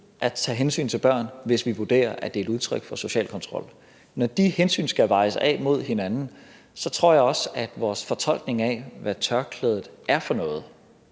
at tage hensyn til børn, hvis vi vurderer, at det er et udtryk for social kontrol. Når de hensyn skal vejes op mod hinanden, tror jeg også, at vores fortolkning af, hvad tørklædet er for noget,